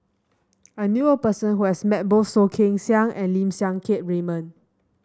I knew a person who has met both Soh Kay Siang and Lim Siang Keat Raymond